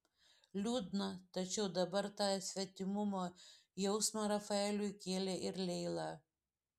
liūdna tačiau dabar tą svetimumo jausmą rafaeliui kėlė ir leila